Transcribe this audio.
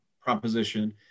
proposition